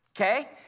okay